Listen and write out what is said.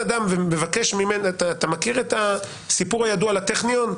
אתה מכיר את הסיפור הידוע על הטכניון?